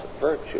virtue